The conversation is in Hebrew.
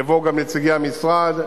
יבואו גם נציגי המשרד,